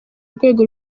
urwego